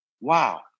Wow